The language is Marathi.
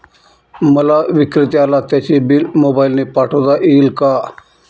मला विक्रेत्याला त्याचे बिल मोबाईलने पाठवता येईल का?